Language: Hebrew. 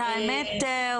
את האמת,